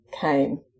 came